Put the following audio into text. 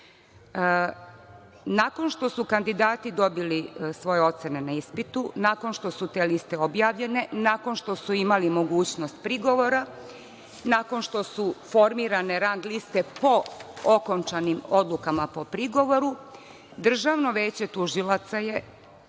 što su kandidati dobili svoje ocene na ispitu, nakon što su te liste objavljene, nakon što su imali mogućnost prigovora, nakon što su formirane rang liste po okončanim odlukama po prigovoru, Državno veće tužilaca je,